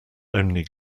only